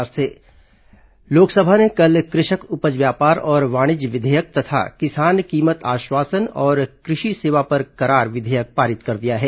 कृषि सुधार विघेयक लोकसभा ने कल कृषक उपज व्यापार और वाणिज्य विधेयक तथा किसान कीमत आश्वासन और कृषि सेवा पर करार विधेयक पारित कर दिया है